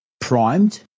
primed